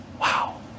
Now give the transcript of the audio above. Wow